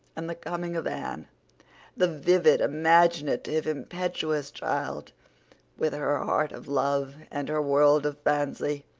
and the coming of anne the vivid, imaginative, impetuous child with her heart of love, and her world of fancy,